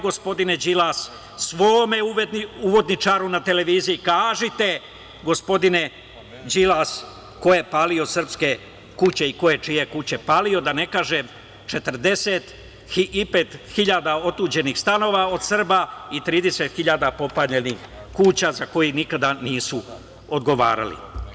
Evo, gospodine Đilas, svome uvodničaru na televiziji kažite ko je palio srpske kuće i ko je čije kuće palio, da ne kažem 45 hiljada otuđenih stanova od Srba i 30 hiljada popaljenih kuća, za koje nikada nisu odgovarali.